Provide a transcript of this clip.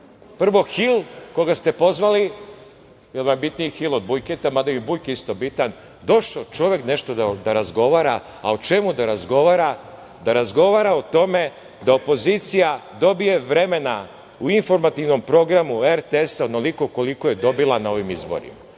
Prvo Hil, koga ste pozvali, jer vam bitniji Hil od Bujketa, mada je i Bujke isto bitan, došao čovek nešto da razgovara, a o čemu da razgovara, da razgovara o tome da opozicija dobije vremena u informativnom programu RTS-a onoliko koliko je dobila na ovim izborima.